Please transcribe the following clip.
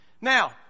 Now